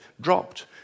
dropped